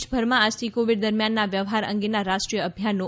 દેશભરમાં આજથી કોવીડ દરમિયાનના વ્યવહાર અંગેના રાષ્ટ્રીય અભિયાનનો